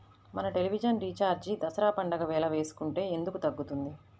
మన television recharge Dasara పండగ వేళ వేసుకుంటే ఎందుకు తగ్గుతుంది?